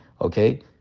Okay